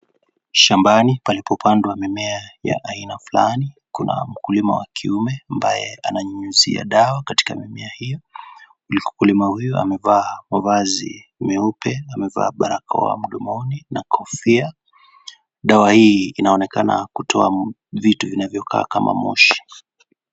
Shambani palipopandwa mimea ya aina fulani kuna mkulima wa kiume ambaye ananyunyuzia dawa katika mimea hiyo . Mkulima huyu amevaa mavazi meupe amevaa barakoa mdomoni na kofia . Dawa hii inaonekana kutoa vitu vinanyokaa kama moshi.